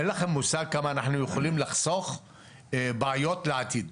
אין לכם מושג כמה אנחנו יכולים לחסוך בעיות לעתיד.